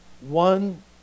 One